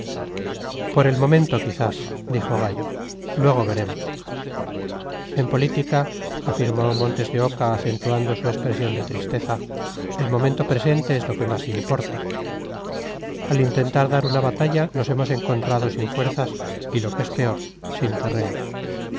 por el momento quizás dijo gallo luego veremos en política afirmó montes de oca acentuando su expresión de tristeza el momento presente es lo que más importa al intentar dar una batalla nos hemos encontrado sin fuerzas y lo que es peor sin terreno